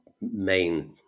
main